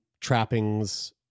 trappings